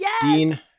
Dean